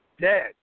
dead